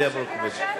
אז שתירשם בעד בבקשה.